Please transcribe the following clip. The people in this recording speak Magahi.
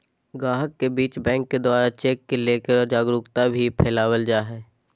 गाहक के बीच बैंक के द्वारा चेक के लेकर जागरूकता भी फैलावल जा है